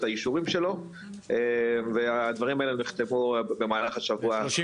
את האישורים שלו והדברים האלה יכתבו במהלך השבוע האחרון.